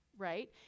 Right